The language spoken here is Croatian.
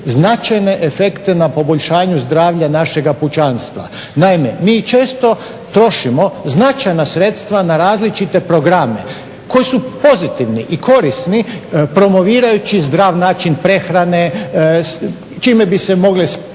značajne efekte na poboljšanju zdravlja našega pučanstva. Naime, mi često trošimo značajna sredstva na različite programe koji su pozitivni i korisni, promovirajući zdrav način prehrane, čime bi se mogle spriječiti